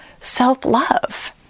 self-love